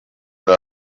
راه